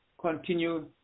Continue